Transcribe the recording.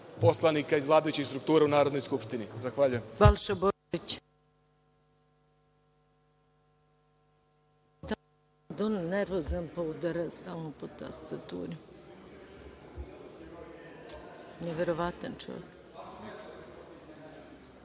poslanika iz vladajućih struktura u Narodnoj skupštini. Hvala.